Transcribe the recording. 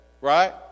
right